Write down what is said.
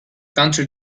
country